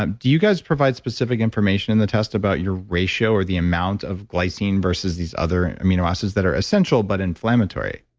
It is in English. um do you guys provide specific information in the test about your ratio or the amount of glycine versus these other amino acids that are essential, but inflammatory?